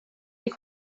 est